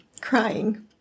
crying